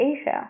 Asia